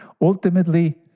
Ultimately